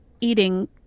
eating